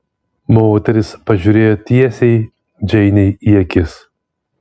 moteris pažiūrėjo tiesiai džeinei į akis